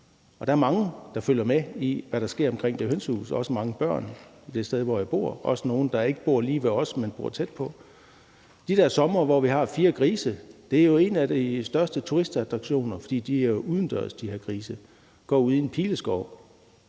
og der er mange, der følger med i, hvad der sker omkring det hønsehus; også mange af de børn, der bor, hvor jeg bor, også nogle, der ikke bor lige ved os, men tæt på. De der somre, hvor vi har fire grise, er jo en af de største turistattraktioner, fordi de her grise er udendørs og går ude i en pileskov.